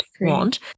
want